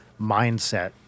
mindset